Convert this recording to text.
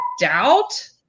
doubt